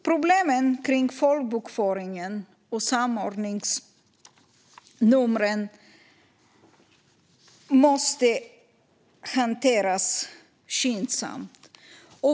Problemen kring folkbokföringen och samordningsnumren måste hanteras skyndsamt.